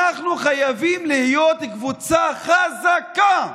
אנחנו חייבים להיות קבוצה חזקה,